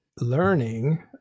learning